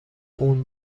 اون